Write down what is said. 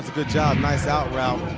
good job, nice out route.